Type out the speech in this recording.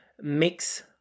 mix